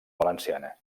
valenciana